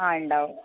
ആ ഉണ്ടാവും